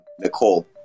Nicole